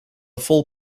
full